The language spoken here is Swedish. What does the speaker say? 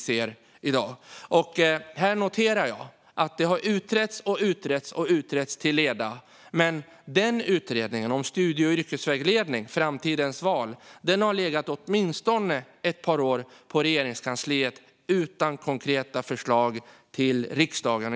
Jag noterar att detta har utretts till leda. Den senaste utredningen om studie och yrkesvägledning har legat minst ett par år på Regeringskansliet utan att det kommit några konkreta förslag till riksdagen.